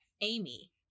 Amy